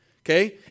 okay